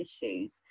issues